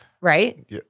right